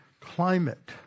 climate